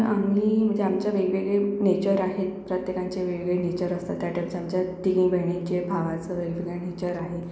आम्ही म्हणजे आमच्या वेगवेगळे नेचर आहेत प्रत्येकांचे वेगवेगळे नेचर असतात त्या टाईपचे आमच्यात तिघी बहिणींचे भावाचं वेगवेगळे नेचर आहे